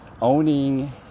owning